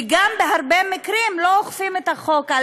ובהרבה מקרים לא אוכפים עליהם את החוק,